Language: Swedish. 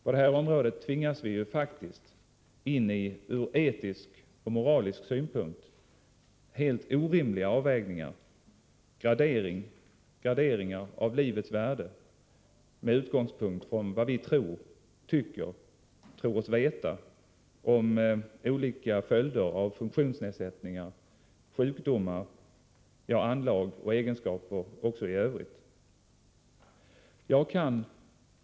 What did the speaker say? På det här området tvingas vi faktiskt in i helt orimliga avvägningar utifrån etisk och moralisk synpunkt, graderingar av livets värde med utgångspunkt från vad vi tror om olika följder av funktionsnedsättningar, sjukdomar, ja, också anlag och egenskaper i övrigt.